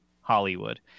Hollywood